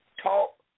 talk